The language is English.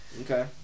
Okay